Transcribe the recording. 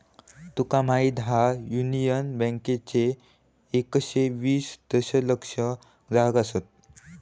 तुका माहीत हा, युनियन बँकेचे एकशे वीस दशलक्ष ग्राहक आसत